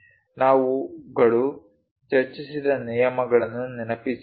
ನಾವುಗಳು ಚರ್ಚಿಸಿದ ನಿಯಮಗಳನ್ನು ನೆನಪಿಸಿಕೊಳ್ಳೋಣ